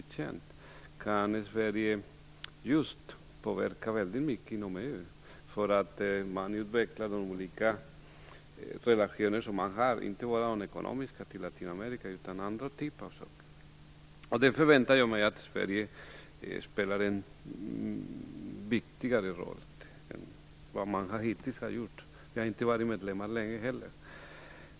Just därför kan Sverige påverka väldigt mycket inom EU för att man skall utveckla de olika relationer som man har, inte bara de ekonomiska till Latinamerika utan även andra typer av saker. I detta sammanhang förväntar jag mig att Sverige spelar en viktigare roll än vad man hittills har gjort, men Sverige har ju inte varit medlem länge.